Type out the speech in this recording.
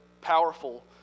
powerful